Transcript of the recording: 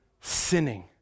sinning